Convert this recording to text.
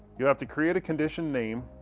you have to create a condition name.